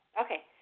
Okay